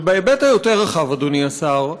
בהיבט היותר-רחב, אדוני השר,